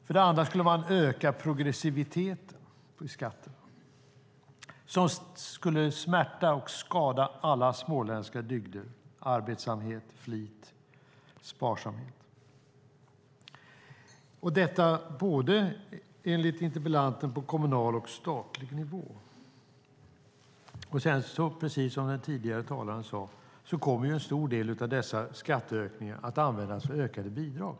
För det andra skulle man öka progressiviteten i skatterna vilket skulle smärta och skada alla småländska dygder som arbetsamhet, flit och sparsamhet, detta både på kommunal och på statlig nivå enligt interpellanten. Och precis som den tidigare talaren sade kommer en stor del av dessa skattehöjningar att användas till ökade bidrag.